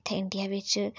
इत्थै इंडिया बिच्च